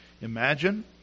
imagine